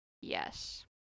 yes